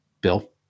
bill